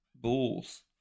Bulls